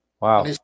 Wow